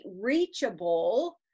reachable